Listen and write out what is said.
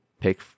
pick